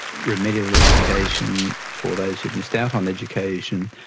remedial education for those who'd missed out on education,